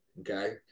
okay